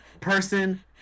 person